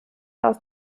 aus